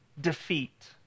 defeat